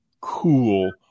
cool